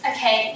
Okay